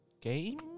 Game